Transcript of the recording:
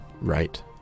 Right